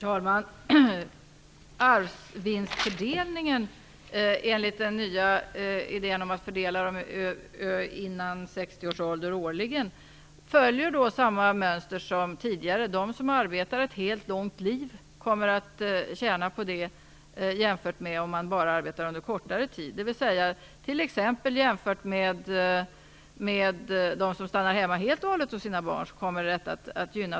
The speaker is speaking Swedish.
Herr talman! Arvsvinstfördelningen, enligt den nya idéen om fördelning årligen före 60 års ålder, följer samma mönster som tidigare. De som arbetar ett helt långt liv kommer att tjäna på det i förhållande till dem som bara arbetar en kortare tid. Det kommer att gynna dem som faktiskt finns i arbetslivet jämfört med dem som stannar hemma helt och hållet hos sina barn.